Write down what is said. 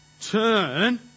turn